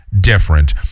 different